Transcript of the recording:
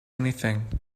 anything